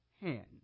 hand